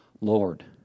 Lord